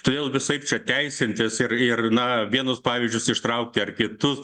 todėl visaip čia teisintis ir ir na vienus pavyzdžius ištraukti ar kitus